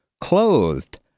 clothed